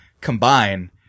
combine